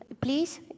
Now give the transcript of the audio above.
please